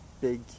big